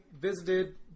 visited